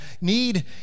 need